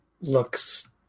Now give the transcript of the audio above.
looks